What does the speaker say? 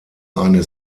eine